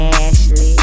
ashley